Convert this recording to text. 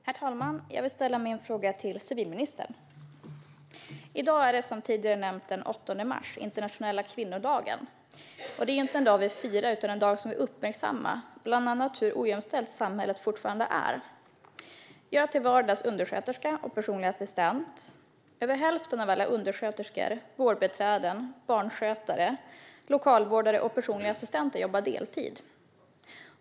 Herr talman! Jag vill ställa min fråga till civilministern. I dag är det, som tidigare har nämnts, den 8 mars - internationella kvinnodagen. Det är inte en dag vi firar utan en dag som vi uppmärksammar. Det gäller bland annat hur ojämställt samhället fortfarande är. Jag är till vardags undersköterska och personlig assistent. Över hälften av alla undersköterskor, vårdbiträden, barnskötare, lokalvårdare och personliga assistenter jobbar deltid.